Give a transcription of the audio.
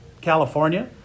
California